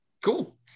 Cool